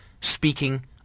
speaking